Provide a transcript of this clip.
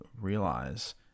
realize